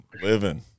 Living